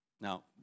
Now